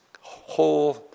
whole